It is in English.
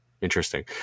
Interesting